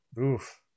Oof